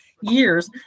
years